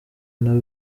nta